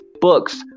books